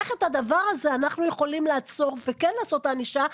איך את הדבר הזה אנחנו יכולים לעצור וכן לעשות ענישה,